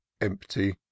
empty